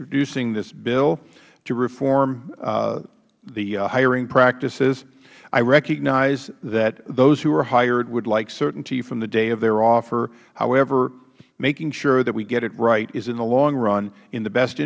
introducing this bill to reform hiring practices i recognize that those who are hired would like certainty from the day of their offer however making sure that we get it right is in the long run in the best